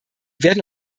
werden